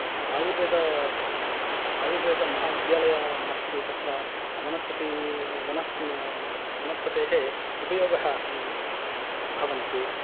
आयुर्वेद आयुर्वेदमहाविद्यालयम् अस्ति तत्र वनस्पति वनस् वनस्पतेः उपयोगः भवन्ति